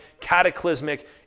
cataclysmic